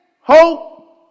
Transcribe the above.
hope